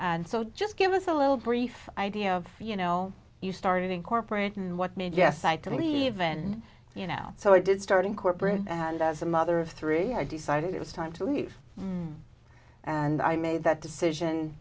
and so just give us a little brief idea of you know you started incorporating what made yes i to believe in you know so i did start in corporate and as a mother of three i decided it was time to leave and i made that decision